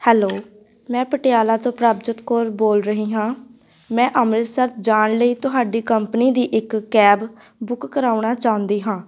hello ਮੈਂ ਪਟਿਆਲਾ ਤੋਂ ਪ੍ਰਭਜੋਤ ਕੌਰ ਬੋਲ ਰਹੀ ਹਾਂ ਮੈਂ ਅੰਮ੍ਰਿਤਸਰ ਜਾਣ ਲਈ ਤੁਹਾਡੀ ਕੰਪਨੀ ਦੀ ਇੱਕ ਕੈਬ ਬੁੱਕ ਕਰਵਾਉਣਾ ਚਾਹੁੰਦੀ ਹਾਂ